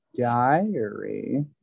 diary